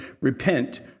Repent